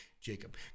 Jacob